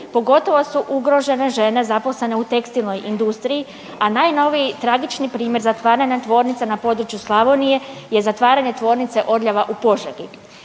Pogotovo su ugrožene žene zaposlene u tekstilnoj industriji, a najnoviji tragični primjer zatvaranja tvornica na području Slavonije je zatvaranje Tvornice Orljava u Požegi.